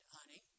Honey